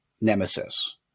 nemesis